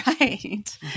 Right